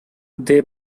they